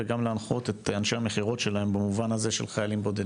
וגם להנחות את אנשי המכירות שלהם במובן הזה של חיילים בכלל.